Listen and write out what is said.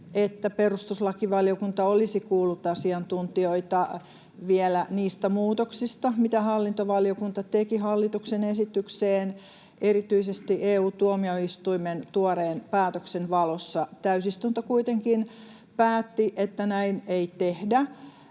että perustuslakivaliokunta olisi kuullut asiantuntijoita vielä niistä muutoksista, mitä hallintovaliokunta teki hallituksen esitykseen, erityisesti EU-tuomioistuimen tuoreen päätöksen valossa. Täysistunto kuitenkin päätti, että näin ei tehdä,